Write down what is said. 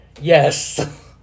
Yes